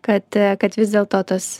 kad kad vis dėlto tas